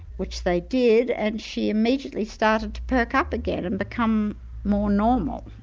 which they did, and she immediately started to perk up again and become more normal.